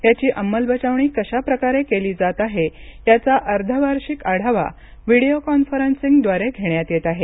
याची अंमलबजावणी कशाप्रकारे केली जाते आहे याचा अर्धवार्षिक आढावा व्हिडिओ कॉन्फरन्सिंगद्वारे घेण्यात येत आहे